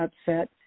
upset